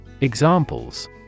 Examples